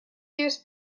used